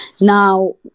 Now